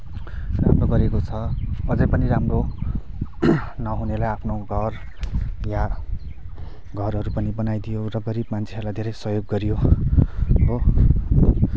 राम्रो गरेको छ अझै पनि राम्रो नहुनेलाई आफ्नो घर या घरहरू पनि बनाइदियो र गरिब मान्छेहरूलाई धेरै सहयोग गरियो हो